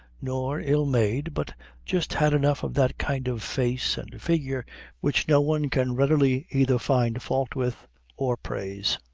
nor ill-made, but just had enough of that kind of face and figure which no one can readily either find fault with or praise.